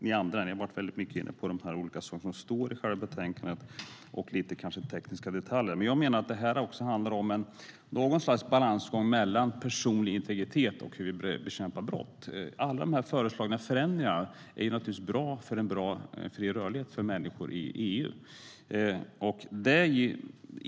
Ni har varit väldigt mycket inne på de olika saker som står i själva betänkandet och lite kanske tekniska detaljer. Men jag menar att det här också någonstans handlar om en balansgång mellan personlig integritet och hur vi bekämpar brott. Alla de föreslagna förändringarna är naturligtvis bra för en bra och fri rörlighet för människor i EU.